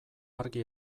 argi